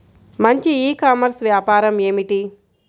మంచి e commerce వ్యాపారం ఏమిటీ?